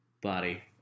body